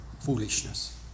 foolishness